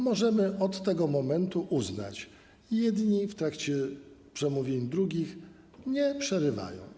Możemy od tego momentu uznać, że jedni w trakcie przemówień drugim nie przerywają.